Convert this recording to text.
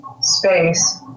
space